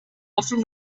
often